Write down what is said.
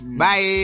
bye